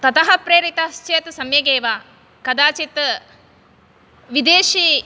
ततः प्रेरितश्चेत् सम्यगेव कदाचित् विदेशी